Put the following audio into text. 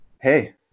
Hey